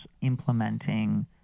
implementing